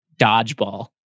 dodgeball